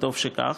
וטוב שכך,